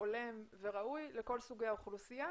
הולם וראוי לכל סוגי האוכלוסייה.